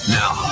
now